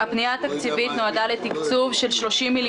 הפנייה התקציבית נועדה לתקצוב של 30,650